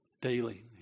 daily